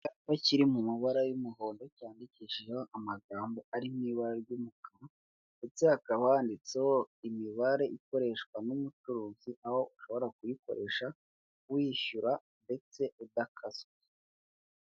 Icyapa kiri mu mabara y'umuhondo cyandikishijeho amagambo ari mu ibara ry'umukara ndetse hakaba handitseho imibare ikoreshwa n'umucuruzi, aho ushobora kuyikoresha wishyura ndetse udakaswe.